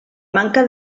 manca